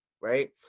right